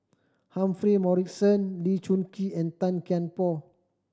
Humphrey Morrison Burkill Lee Choon Kee and Tan Kian Por